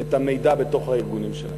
את המידע בתוך הארגונים שלהם.